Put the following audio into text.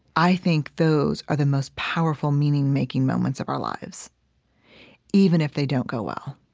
i think those are the most powerful, meaning-making moments of our lives even if they don't go well.